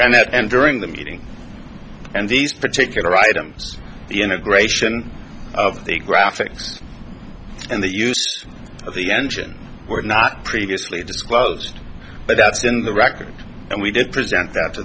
i met him during the meeting and these particular items integration of the graphics and the use of the engine were not previously disclosed but that's in the record and we did present that to